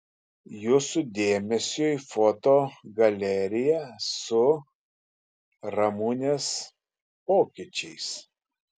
jūsų dėmesiui foto galerija su ramunės pokyčiais